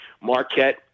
Marquette